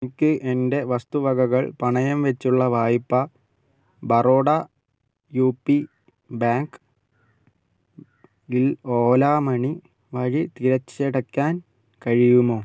എനിക്ക് എൻ്റെ വസ്തുവകകൾ പണയം വെച്ചുള്ള വായ്പ ബറോഡ യു പി ബാങ്ക് ൽ ഓല മണി വഴി തിരിച്ചടയ്ക്കാൻ കഴിയുമോ